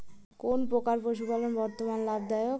কোন প্রকার পশুপালন বর্তমান লাভ দায়ক?